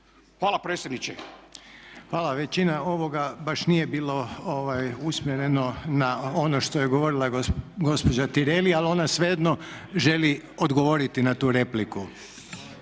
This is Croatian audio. Željko (HDZ)** Hvala. Većina ovoga baš nije bilo usmjereno na ono što je govorila gospođa Tireli, ali ona svejedno želi odgovoriti na tu repliku.